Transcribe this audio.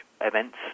events